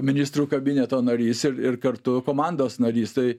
ministrų kabineto narys ir ir kartu komandos narys tai